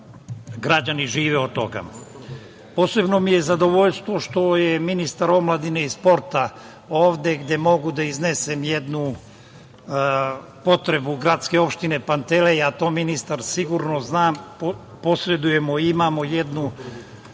da žive od toga. Posebno mi je zadovoljstvo što je ministar omladine i sporta ovde, gde mogu da iznesem jednu potrebu gradske opštine Pantelej, a to ministar sigurno zna. Naime, imamo jednu od